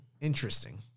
interesting